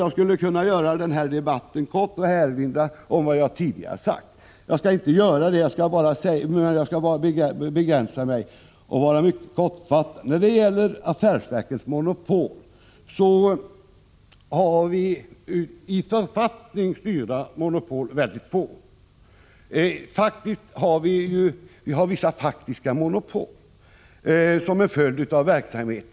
Jag skulle kunna göra den här debatten kort och bara erinra om vad jag tidigare har sagt. Jag skall emellertid inte göra det men vara mycket kortfattad. När det gäller affärsverkens monopol har vi mycket få i författning styrda monopol. Vi har vissa faktiska monopol som en följd av en del verks verksamhet.